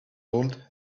old